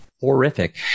horrific